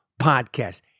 Podcast